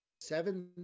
seven